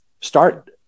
start